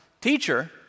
teacher